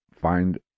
find